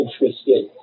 interested